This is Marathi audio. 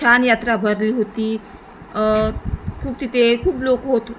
छान यात्रा भरली होती खूप तिथे खूप लोक होते